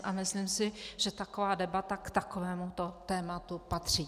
A myslím si, že taková debata k takovémuto tématu patří.